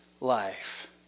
life